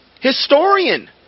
historian